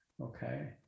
Okay